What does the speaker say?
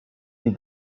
des